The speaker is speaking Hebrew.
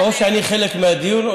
או שאני חלק מהדיון,